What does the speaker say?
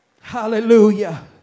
Hallelujah